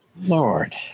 Lord